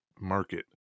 market